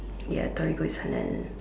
ya Torigo is halal